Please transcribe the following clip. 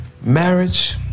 marriage